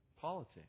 politics